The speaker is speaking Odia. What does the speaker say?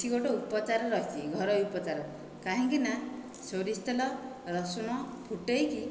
କିଛି ଗୋଟିଏ ଉପଚାର ରହିଛି ଘରୋଇ ଉପଚାର କାହିଁକି ନା ସୋରିଷ ତେଲ ରସୁଣ ଫୁଟେଇକି